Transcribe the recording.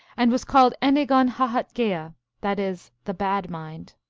and was called enigonhahetgea that is, the bad mind.